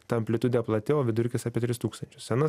ta amplitudė plati o vidurkis apie tris tūkstančius sena